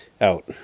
out